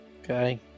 Okay